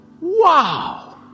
wow